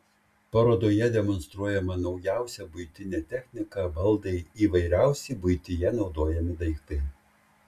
parodoje demonstruojama naujausia buitinė technika baldai įvairiausi buityje naudojami daiktai